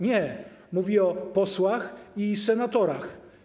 Nie, mówi o posłach i senatorach.